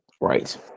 Right